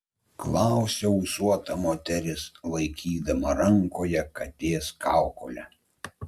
klausia ūsuota moteris laikydama rankoje katės kaukolę